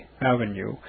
avenue